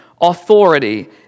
authority